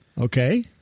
okay